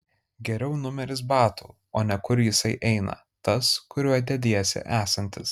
geriau numeris batų o ne kur jisai eina tas kuriuo dediesi esantis